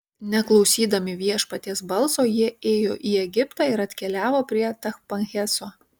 neklausydami viešpaties balso jie ėjo į egiptą ir atkeliavo prie tachpanheso